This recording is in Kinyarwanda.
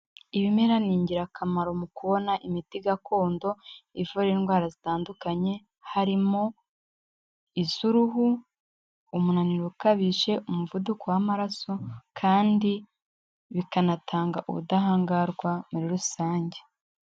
Ibimera ni ingirakamaro mu kubona imiti gakondo ivura indwara zitandukanye harimo iz'uruhu, umunaniro ukabije umuvuduko w'amaraso kandi bikanatanga ubudahangarwa muri rusange.